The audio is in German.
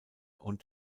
und